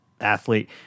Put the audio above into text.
athlete